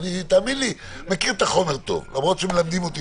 אני לא מתכוון להפסיק לאותת בדברים האלה שדיברנו עליהם,